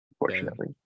unfortunately